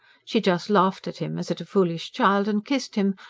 she just laughed at him as at a foolish child, and kissed him,